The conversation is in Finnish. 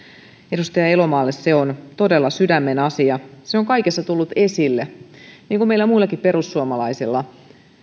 edustaja elomaalle se on todella sydämenasia ja se on kaikessa tullut esille niin kuin meillä muillakin perussuomalaisilla